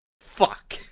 Fuck